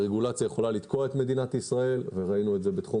רגולציה יכולה לתקוע את מדינת ישראל וראינו את זה בתחום